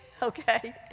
Okay